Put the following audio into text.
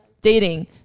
dating